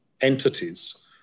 entities